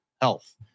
health